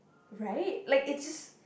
right like it just